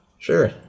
Sure